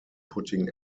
putting